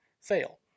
fail